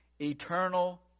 Eternal